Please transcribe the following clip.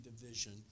division